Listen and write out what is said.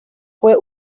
fue